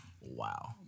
Wow